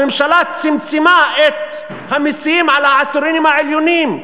הממשלה צמצמה את המסים על העשירונים העליונים.